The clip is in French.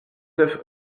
neuf